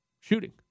shooting